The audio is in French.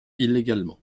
illégalement